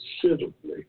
considerably